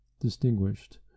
distinguished